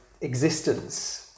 existence